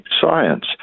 science